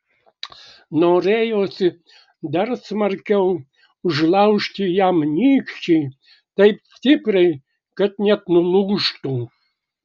norėjosi dar smarkiau užlaužti jam nykštį taip stipriai kad net nulūžtų